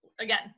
again